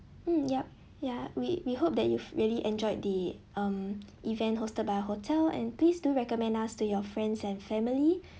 mm yup ya we we hope that you really enjoyed the um event hosted by hotel and please do recommend us to your friends and family